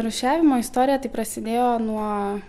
rūšiavimo istorija tai prasidėjo nuo